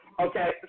Okay